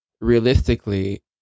realistically